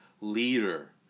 leader